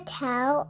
tell